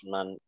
Man